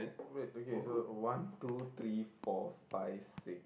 wait okay so one two three four five six